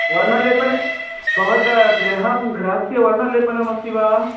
वर्णलेपने भवतः गृहं गृहस्य वर्णलेपनम् अस्ति वा